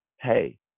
hey